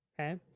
Okay